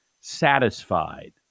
satisfied